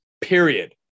period